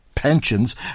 pensions